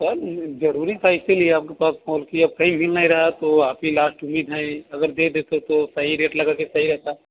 sir ज़रूरी था इसी लिए आपके पास फोन किए अब कहीं मिल नहीं रहा तो आप ही लास्ट उम्मीद है एक अगर दे देते तो सही रेट लगा के सही रहता